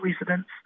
residents